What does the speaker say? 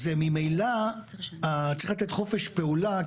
אז ממילא צריך לתת חופש פעולה.